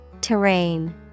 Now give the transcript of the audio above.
Terrain